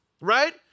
right